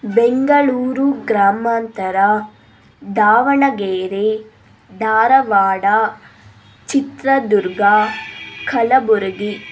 ಬೆಂಗಳೂರು ಗ್ರಾಮಾಂತರ ದಾವಣಗೆರೆ ಧಾರವಾಡ ಚಿತ್ರದುರ್ಗ ಕಲಬುರ್ಗಿ